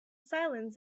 silence